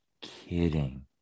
kidding